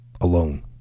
alone